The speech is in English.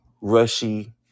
rushy